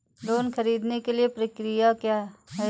Loan ख़रीदने के लिए प्रक्रिया क्या है?